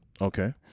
Okay